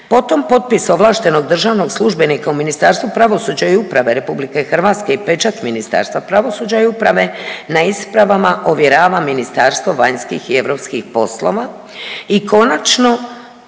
Potom potpis ovlaštenog državnog službenika u Ministarstvu pravosuđa i uprave RH i pečat Ministarstva pravosuđa i uprave na ispravama ovjerava MVEP i konačno